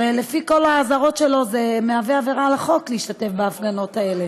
הרי לפי כל האזהרות שלו זה מהווה עבירה על החוק להשתתף בהפגנות האלה.